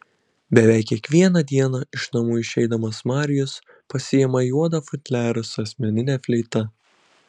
beveik kiekvieną dieną iš namų išeidamas marijus pasiima juodą futliarą su asmenine fleita